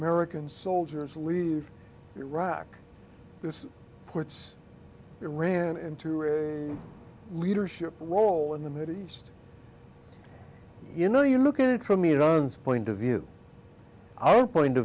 american soldiers leave iraq this puts it ran into a leadership role in the middle east you know you look at it from me runs point of view our point of